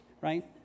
right